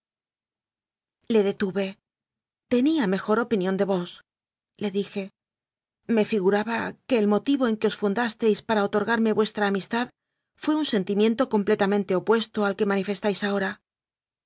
le detuve tenía mejor opinión de vosle dije me figuraba que el motivo en que os fun dasteis para otorgarme vuestra amistad fué un sentimiento completamente opuesto al que mani festáis ahora